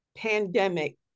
pandemic